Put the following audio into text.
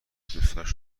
دوستاش